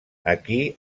aquí